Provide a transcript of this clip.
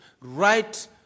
right